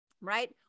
right